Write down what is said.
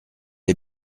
est